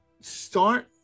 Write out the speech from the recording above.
start